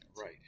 Right